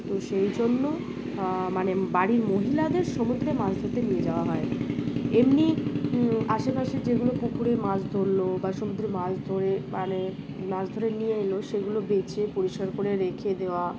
তো সেই জন্য মানে বাড়ির মহিলাদের সমুদ্রে মাছ ধরতে নিয়ে যাওয়া হয় এমনি আশেপাশে যেগুলো পুকুরে মাছ ধরলো বা সমুদ্রে মাছ ধরে মানে মাছ ধরে নিয়ে এলো সেগুলো বেঁচে পরিষ্কার করে রেখে দেওয়া